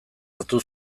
hartu